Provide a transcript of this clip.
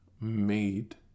made